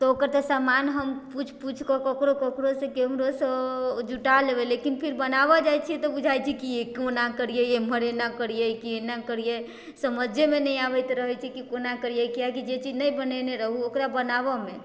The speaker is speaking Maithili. तऽ ओकर तऽ समान हम पुछि पुछि कऽ ककरो ककरो से केम्हरोसँ जुटा लेबै लेकिन बनाबऽ जाइ छी तऽ बुझाइ छै कि कोना करिऐ एम्हर एना करिऐ कि एना करिऐ समझेमेँहीँ आबैत रहै छै कि कोना करिऐ किआकी जे चीज नहि बनेने रहु ओकरा बनाबऽमे